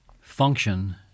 function